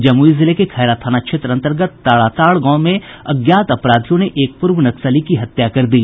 जमुई जिले के खैरा थाना क्षेत्र अंतर्गत ताराताड़ गांव में अज्ञात अपराधियों ने एक पूर्व नक्सली की हत्या कर दी